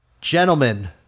Gentlemen